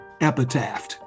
epitaph